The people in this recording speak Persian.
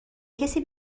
کسی